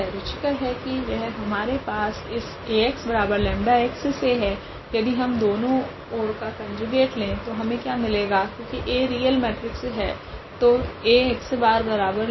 रुचिकर है की यह हमारे पास इस Ax 𝜆x से है यदि हम दोनों ओर का कोंजुगेट ले तो हमे क्या मिलेगा क्योकि A रियल मेट्रिक्स है तो 𝐴𝑥̅𝜆̅ 𝑥̅